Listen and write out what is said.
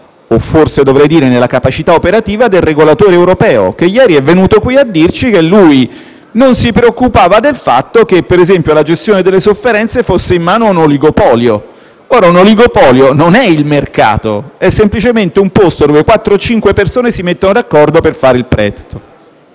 - forse dovrei dire - nella capacità operativa del regolatore europeo, che ieri è venuto qui a dirci che lui non si preoccupava del fatto che, per esempio, la gestione delle sofferenze fosse in mano a un oligopolio. L'oligopolio non è il mercato, ma un posto dove quattro o cinque persone si mettono d'accordo per fare il prezzo.